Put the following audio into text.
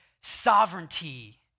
sovereignty